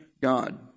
God